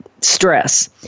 stress